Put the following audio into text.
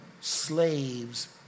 slaves